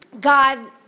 God